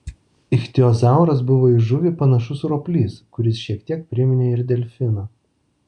ichtiozauras buvo į žuvį panašus roplys kuris šiek tiek priminė ir delfiną